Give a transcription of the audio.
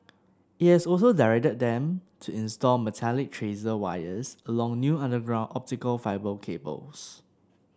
it has also directed them to install metallic tracer wires along new underground optical fibre cables